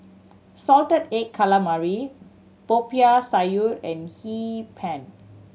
salted egg calamari Popiah Sayur and Hee Pan